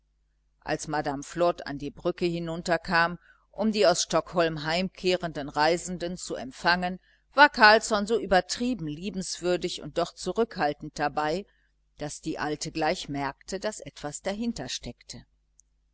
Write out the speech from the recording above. als madame flod an die brücke hinunterkam um die aus stockholm heimkehrenden reisenden zu empfangen war carlsson so übertrieben liebenswürdig und doch zurückhaltend dabei daß die alte gleich merkte daß etwas